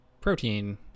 protein